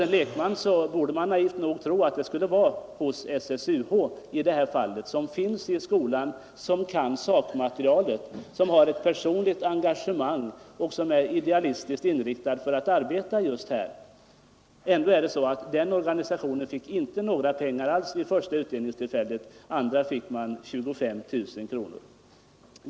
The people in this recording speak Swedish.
En lekman borde naivt tro att det skulle vara hos SSUH i det här fallet, som finns i skolan, som kan sakmaterialet, som har ett personligt engagemang och som är idealistiskt inriktat för att arbeta just här. Ändå fick den organisationen inga pengar alls vid det första utdelningstillfället; vid det andra fick den 25 000 kronor.